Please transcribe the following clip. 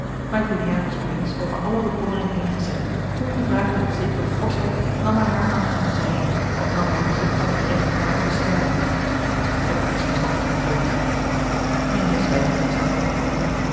maar juliaan was op eens over alle bekommering heengezet ongevraagd en met zekere forschheid nam hij haar arm in den zijnen als nam hij bezit van zijn recht om haar te beschermen het misverstand was opgelost toch gingen zij zwijgend naast elkander voort